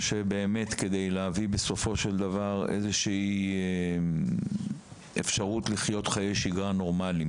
כדי להביא בסופו של דבר לאיזו שהיא אפשרות לנהל שם שגרת חיים נורמלית.